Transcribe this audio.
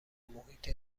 محیط